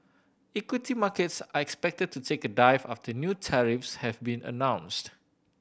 equity markets are expected to take a dive after new tariffs have been announced